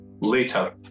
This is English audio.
later